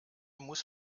muss